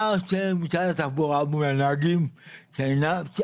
מה משרד התחבורה עושה מול הנהגים שבורחים?